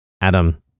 Adam